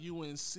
UNC